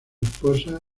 esposa